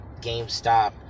GameStop